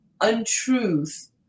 untruth